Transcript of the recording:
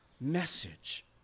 message